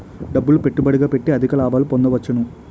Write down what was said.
డబ్బులు పెట్టుబడిగా పెట్టి అధిక లాభాలు పొందవచ్చును